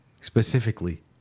specifically